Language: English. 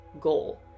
goal